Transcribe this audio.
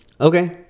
Okay